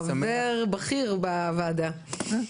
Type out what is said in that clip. אתה חבר בכיר בוועדה הזו.